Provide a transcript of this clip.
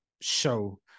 show